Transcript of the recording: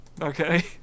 okay